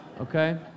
Okay